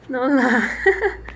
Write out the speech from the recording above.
no lah